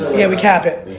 yeah we cap it.